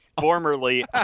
formerly